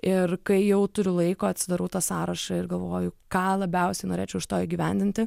ir kai jau turiu laiko atsidarau tą sąrašą ir galvoju ką labiausiai norėčiau iš to įgyvendinti